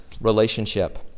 relationship